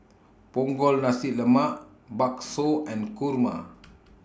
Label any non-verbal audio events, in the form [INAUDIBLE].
Punggol Nasi Lemak Bakso and Kurma [NOISE]